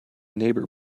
neighbor